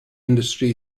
industry